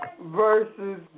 versus